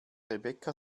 rebecca